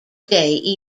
day